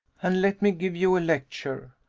and let me give you a lecture,